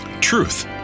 Truth